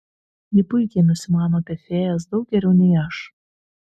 ji puikiai nusimano apie fėjas daug geriau nei aš